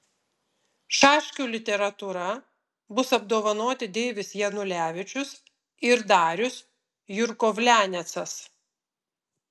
šaškių literatūra bus apdovanoti deivis janulevičius ir darius jurkovlianecas